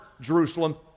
Jerusalem